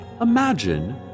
Imagine